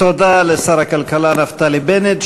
תודה לשר הכלכלה נפתלי בנט,